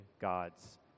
God's